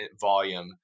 volume